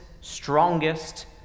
strongest